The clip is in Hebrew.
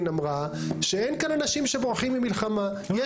אמרה שאין כאן אנשים שבורחים ממלחמה.